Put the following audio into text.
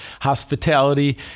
hospitality